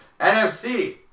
NFC